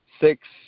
six